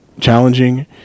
challenging